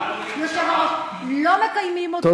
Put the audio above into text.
לא מקיימים אותו,